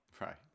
Right